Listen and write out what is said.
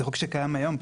זהו חוק שקיים היום,